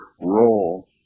role